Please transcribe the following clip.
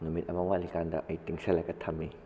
ꯅꯨꯃꯤꯠ ꯑꯃ ꯋꯥꯠꯂꯤꯀꯥꯟꯗ ꯑꯩ ꯇꯨꯡꯁꯤꯜꯂꯒ ꯊꯝꯃꯤ